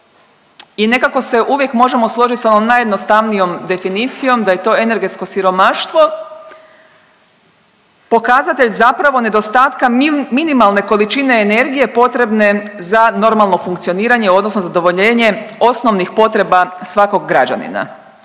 i nekako se uvijek možemo složit sa ovom najjednostavnijom definicijom da je to energetsko siromaštvo pokazatelj zapravo nedostatka minimalne količine energije potrebne za normalno funkcioniranje odnosno zadovoljenje osnovnih potreba svakog građanina.